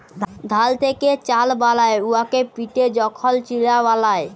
ধাল থ্যাকে চাল বালায় উয়াকে পিটে যখল চিড়া বালায়